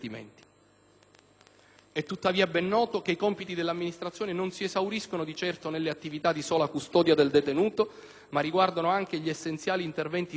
È, tuttavia, ben noto che i compiti dell'amministrazione non si esauriscono di certo nelle attività di sola custodia del detenuto, ma riguardano anche gli essenziali interventi rieducativi